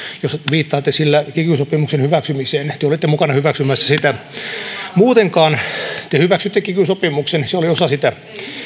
jos viittaatte sillä kiky sopimuksen hyväksymiseen te te olitte mukana hyväksymässä sitä te hyväksyitte kiky sopimuksen se oli osa sitä